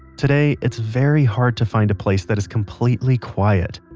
today it's very hard to find a place that is completely quiet.